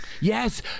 Yes